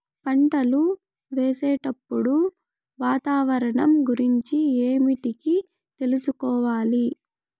పంటలు వేసేటప్పుడు వాతావరణం గురించి ఏమిటికి తెలుసుకోవాలి?